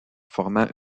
formant